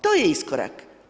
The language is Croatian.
To je iskorak.